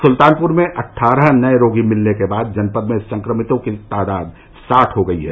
सुल्तानपुर में अट्ठारह नए रोगी मिलने के बाद जनपद में संक्रमितों की तादाद साठ हो गयी है